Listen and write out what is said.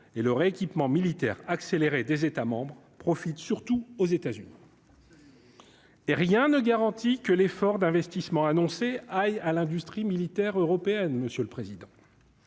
et leur équipement militaire accélérée des États profite surtout aux États-Unis. Et rien ne garantit que l'effort d'investissement annoncé à l'industrie militaire européenne, monsieur le président.